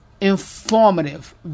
informative